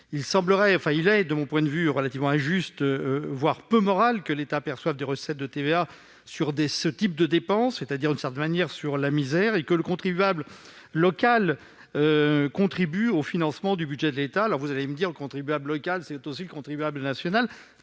Il est, de mon point de vue, relativement injuste, voire peu moral que l'État perçoive des recettes de TVA sur ce type de dépenses, c'est-à-dire, d'une certaine manière, sur la misère, et que le contribuable local contribue au financement du budget de l'État. Vous allez me dire que le contribuable local, c'est aussi le contribuable national :